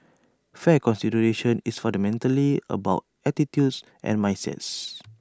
fair consideration is fundamentally about attitudes and mindsets